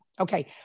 Okay